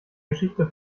geschichte